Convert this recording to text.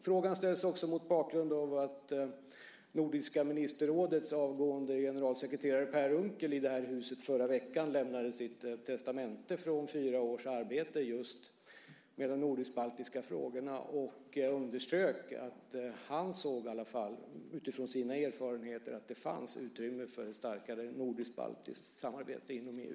Frågan ställs också mot bakgrund av att Nordiska ministerrådets avgående generalsekreterare Per Unckel i det här huset förra veckan lämnade sitt testamente från fyra års arbete med just de nordisk-baltiska frågorna och underströk att han utifrån sina erfarenheter såg att det fanns utrymme för ett starkare nordisk-baltiskt samarbete inom EU.